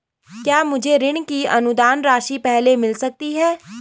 क्या मुझे ऋण की अनुदान राशि पहले मिल सकती है?